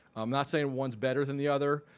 i'm not saying one is better than the other.